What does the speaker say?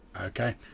okay